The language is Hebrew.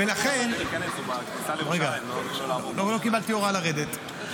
רגע, לא קיבלתי הוראה לרדת.